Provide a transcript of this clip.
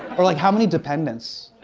or like, how many dependents?